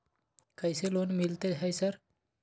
कैसे लोन मिलते है सर?